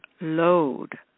load